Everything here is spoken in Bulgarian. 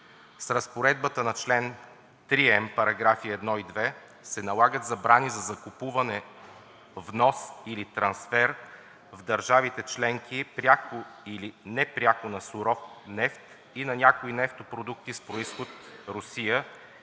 С разпоредбата на чл. 3м, параграфи 1 и 2, се налагат забрани за закупуване, внос или трансфер в държавите членки пряко или непряко на суров нефт и на някои нефтопродукти с произход Русия,